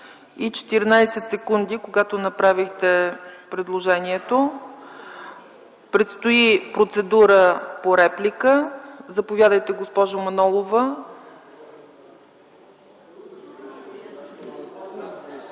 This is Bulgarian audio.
и 14 сек., когато направихте предложението. Предстои процедура по реплика. Заповядайте, госпожо Манолова.